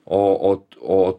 o o